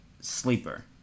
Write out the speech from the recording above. sleeper